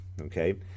okay